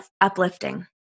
uplifting